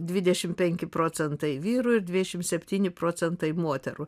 dvidešim penki procentai vyrų ir dviešim septyni procentai moterų